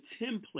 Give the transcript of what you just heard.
template